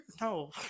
No